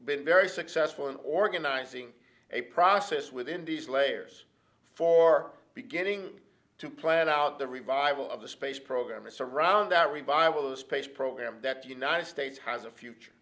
been very successful in organizing a process within these layers for beginning to plan out the revival of the space program and surround that revive the space program that the united states has a future